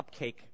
cupcake